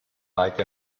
like